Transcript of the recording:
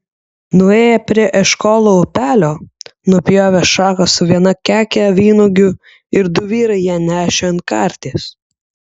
nuėję prie eškolo upelio nupjovė šaką su viena keke vynuogių ir du vyrai ją nešė ant karties